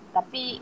Tapi